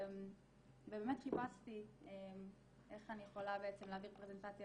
באמת חיפשתי איך אני יכולה להעביר פרזנטציה